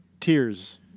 Tears